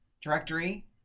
directory